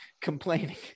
complaining